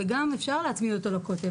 וגם אפשר להצמיד אותו לכותל,